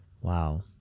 Wow